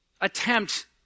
attempt